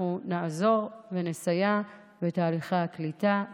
אנחנו נעזור ונסייע בתהליכי הקליטה,